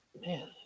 Man